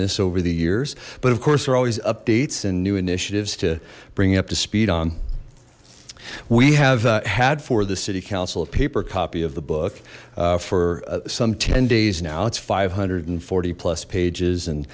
this over the years but of course they're always updates and new initiatives to bring up to speed on we have had for the city council a paper copy of the book for some ten days now it's five hundred and forty plus pages and